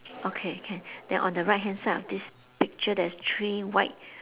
okay can then on the right hand side of this picture there's three white